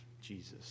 Jesus